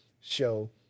show